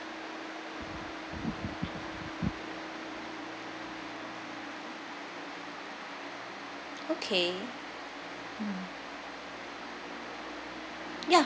okay ya